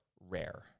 rare